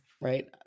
Right